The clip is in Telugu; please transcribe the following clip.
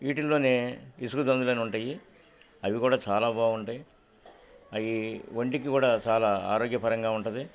వీటిల్లోనే ఇసుగుతందులనే ఉంటాయి అవి కూడా చాలా బాగుంటాయి అవి వంటికి కూడా చాలా ఆరోగ్యపరంగా ఉంటది